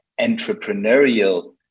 entrepreneurial